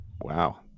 Wow